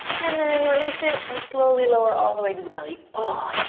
and then release it and slowly lower all the way to the belly. ah